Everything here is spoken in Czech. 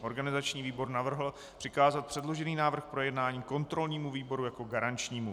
Organizační výbor navrhl přikázat předložený návrh k projednání kontrolnímu výboru jako garančnímu.